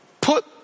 put